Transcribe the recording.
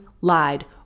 lied